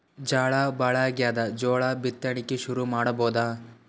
ಝಳಾ ಭಾಳಾಗ್ಯಾದ, ಜೋಳ ಬಿತ್ತಣಿಕಿ ಶುರು ಮಾಡಬೋದ?